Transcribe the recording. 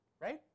Right